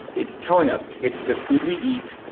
it's telling us it's the food we eat,